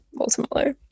ultimately